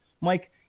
Mike